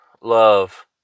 love